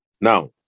Now